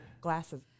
glasses